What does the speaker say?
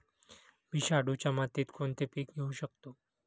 मी शाडूच्या मातीत कोणते पीक घेवू शकतो?